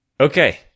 Okay